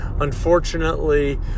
unfortunately